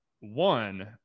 one